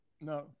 No